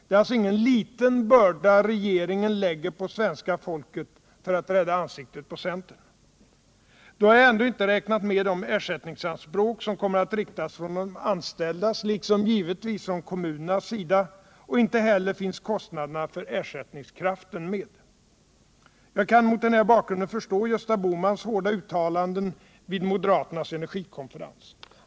Det är alltså ingen liten börda regeringen lägger på svenska folket för att rädda ansiktet på centern. Då har jag ändå inte räknat med de ersättningsanspråk som kommer att riktas från de anställdas liksom givetvis från kommunernas sida och inte heller finns kostnaderna för ersättningskraften med. Jag kan mot den här bakgrunden förstå Gösta Bohmans hårda uttalanden vid moderaternas energikonferens.